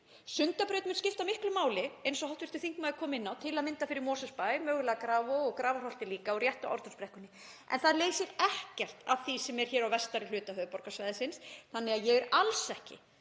Sundabraut mun skipta miklu máli, eins og hv. þingmaður kom inn á, til að mynda fyrir Mosfellsbæ, mögulega Grafarvog og Grafarholt líka og létta á Ártúnsbrekkunni. En það leysir ekkert af því sem er hér á vestari hluta höfuðborgarsvæðisins þannig að ég er alls ekki